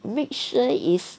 make sure is